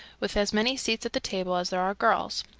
with as many seats at the table as there are girls,